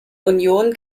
union